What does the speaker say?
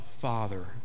Father